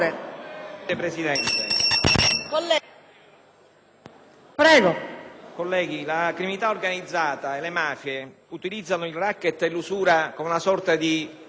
Presidente, la criminalità organizzata e le mafie utilizzano il racket e l'usura come una sorta di bancomat per le loro attività criminali.